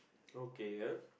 okay ah